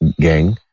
gang